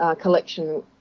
collection